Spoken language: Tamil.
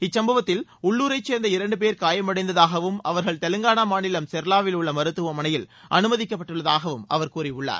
இச்சம்பவத்தில் உள்ளுரை சேர்ந்த இரண்டு பேர் காயமடைந்ததாகவும் அவர்கள் தெலங்கானா மாநிலம் செர்லாவில் உள்ள மருத்துவமனையில் அனுமதிக்கப்பட்டுள்ளதாகவும் அவர் கூறியுள்ளார்